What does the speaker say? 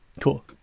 Cool